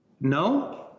No